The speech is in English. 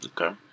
Okay